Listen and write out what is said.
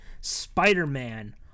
Spider-Man